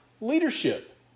Leadership